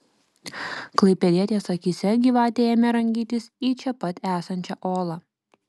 klaipėdietės akyse gyvatė ėmė rangytis į čia pat esančią olą